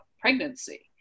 pregnancy